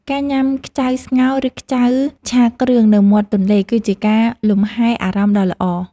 ការញ៉ាំខ្ចៅស្ងោរ ឬខ្ចៅឆាគ្រឿងនៅមាត់ទន្លេ គឺជាការលំហែអារម្មណ៍ដ៏ល្អ។